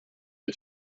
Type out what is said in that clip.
her